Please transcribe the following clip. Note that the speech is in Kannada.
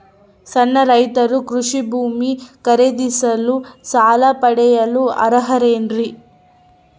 ಸಣ್ಣ ರೈತರು ಕೃಷಿ ಭೂಮಿ ಖರೇದಿಸಲು ಸಾಲ ಪಡೆಯಲು ಅರ್ಹರೇನ್ರಿ?